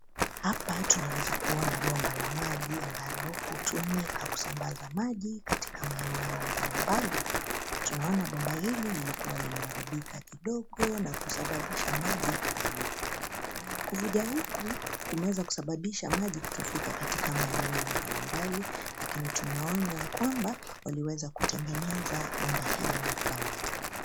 Hapa tunaweza kuona bomba la maji ambalo hutumika kusambaza maji katika maeneo mbalimbali. Tunaona bomba hili lilikuwa limeharibika kidogo na kusababisha maji kuvuja na kuvuja huku kumeweza kusababisha maji kutofika katika maeneo mbalimbali lakini tunaona ya kwamba waliweza kutengeneza bomba hili la maji.